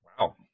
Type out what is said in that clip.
Wow